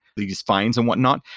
these fines and what not,